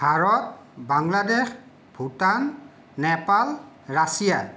Bharat Bangladesh Bhutan Nepal Russia